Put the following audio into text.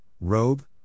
robe